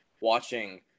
watching